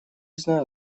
знаю